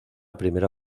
primera